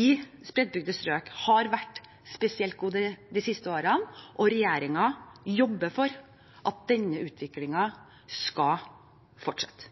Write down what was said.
i spredtbygde strøk har vært spesielt god de siste årene, og regjeringen jobber for at denne utviklingen skal fortsette.